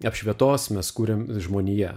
apšvietos mes kuriam žmonija